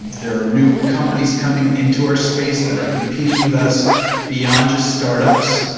there are new companies coming into our space that are competing with us beyond just startups.